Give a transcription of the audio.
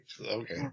Okay